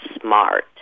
smart